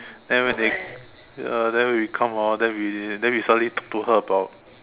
and when they ya then when we come hor then we then we suddenly talk to her about